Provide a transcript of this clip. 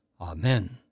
Amen